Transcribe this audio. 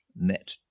net